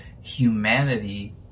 humanity